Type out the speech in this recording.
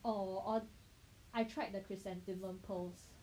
oh 我 ord~ I tried the chrysanthemum pearls